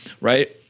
right